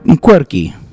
quirky